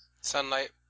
sunlight